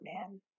man